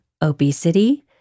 obesity